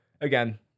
again